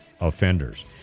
offenders